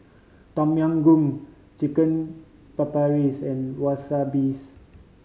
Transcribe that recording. Tom Yam Goong Chicken Papris and Wasabis